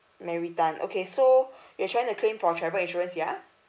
mary tan okay so you're trying to claim for travel insurance ya